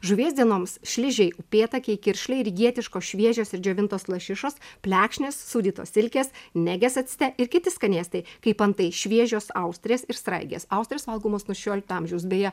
žuvies dienoms šližiai upėtakiai kiršliai ir gietiškos šviežios ir džiovintos lašišos plekšnės sūdytos silkės nėgės acte ir kiti skanėstai kaip antai šviežios austrės ir sraigės austrės valgomos nuo šešiolikto amžiaus beje